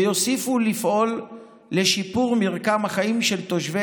ויוסיפו לפעול לשיפור מרקם החיים של תושבי